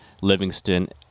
Livingston